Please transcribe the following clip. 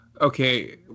Okay